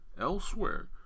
elsewhere